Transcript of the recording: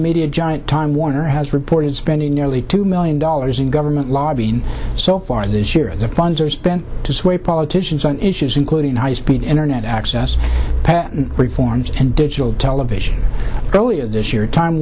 media giant time warner has reported spending nearly two million dollars in government lobbying so far this year the funds are spent to sway politicians on issues including high speed internet access patent reforms and digital television go this year time